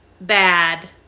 bad